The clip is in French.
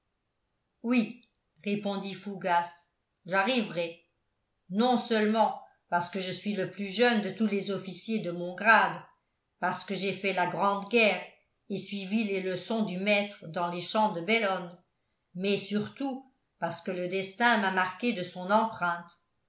oui répondit fougas j'arriverai non seulement parce que je suis le plus jeune de tous les officiers de mon grade parce que j'ai fait la grande guerre et suivi les leçons du maître dans les champs de bellone mais surtout parce que le destin m'a marqué de son empreinte